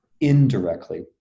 indirectly